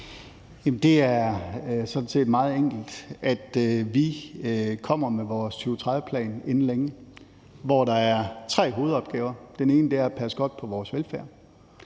set meget enkelt. Vi kommer med vores 2030-plan inden længe, og der er tre hovedopgaver. Den ene er at passe godt på vores velfærd.